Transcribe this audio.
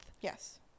yes